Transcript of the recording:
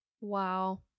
Wow